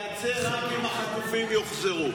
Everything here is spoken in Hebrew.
היא תיעצר רק אם החטופים יוחזרו.